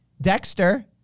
Dexter